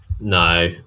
No